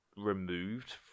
Removed